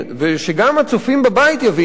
שגם הצופים בבית יבינו,